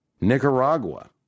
Nicaragua